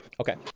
Okay